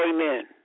Amen